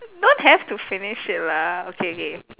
don't have to finish it lah okay K